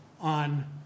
on